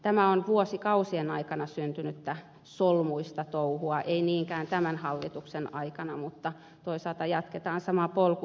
tämä on vuosikausien aikana syntynyttä solmuista touhua ei niinkään tämän hallituksen aikana mutta toisaalta jatketaan samaa polkua